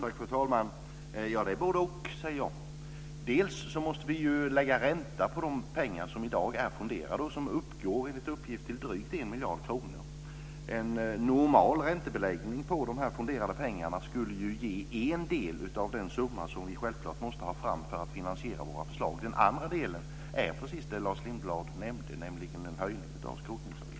Fru talman! Det är både-och. Dels måste vi se till att få ränta på de pengar som i dag är fonderade och som enligt uppgift uppgår till drygt 1 miljard kronor. En normal ränta på dessa fonderade pengar skulle ju ge en del av den summa som vi måste ha fram för att finansiera våra förslag. Den andra delen är precis det som Lars Lindblad nämnde, nämligen en höjning av skrotningsavgiften.